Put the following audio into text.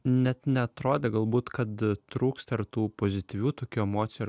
net neatrodė galbūt kad trūksta ir tų pozityvių tokių emocijų ar